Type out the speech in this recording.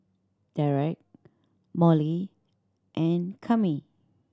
Derrek Molly and Kami